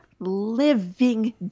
Living